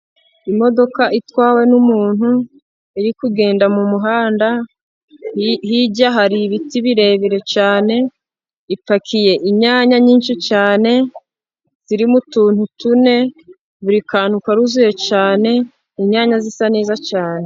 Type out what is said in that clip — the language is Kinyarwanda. Imodoka itwawe n'umuntu iri kugenda mu muhanda, hirya hari ibiti birebire cyane, ipakiye inyanya nyinshi cyane ziri mu tuntu tune, buri kantu karuzuye cyane inyanya zisa neza cyane.